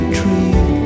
tree